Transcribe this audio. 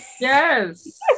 Yes